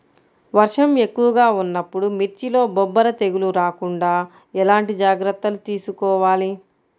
వర్షం ఎక్కువగా ఉన్నప్పుడు మిర్చిలో బొబ్బర తెగులు రాకుండా ఎలాంటి జాగ్రత్తలు తీసుకోవాలి?